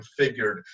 configured